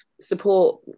support